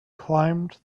climbed